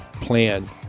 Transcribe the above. plan